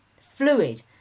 fluid